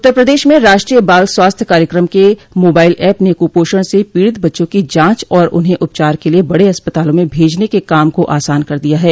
उत्तर प्रदेश में राष्ट्रीय बाल स्वास्थ्य कार्यक्रम के मोबाइल एप ने कुपोषण से पीड़ित बच्चों की जांच और उन्हें उपचार के लिए बड़े अस्पतालों में भेजने के काम को आसान कर दिया है